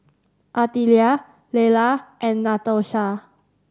Artelia Lella and Natosha